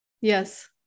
Yes